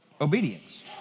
Obedience